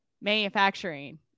manufacturing